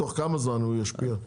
תוך כמה זמן הוא ישפיע?